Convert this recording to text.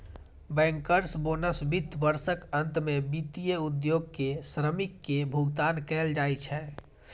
bankers bonus वित्त वर्षक अंत मे वित्तीय उद्योग के श्रमिक कें भुगतान कैल जाइ छै